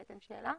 אז העליתם שאלה.